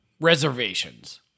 reservations